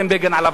עליו השלום,